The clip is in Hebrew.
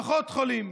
פחות חולים.